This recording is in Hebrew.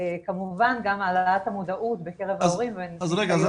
כמובן גם העלאת המודעות בקרב ההורים בניסיון